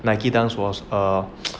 Nike dunk was err